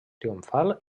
triomfal